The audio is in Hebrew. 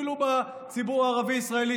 אפילו בציבור הערבי-ישראלי,